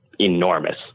enormous